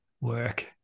work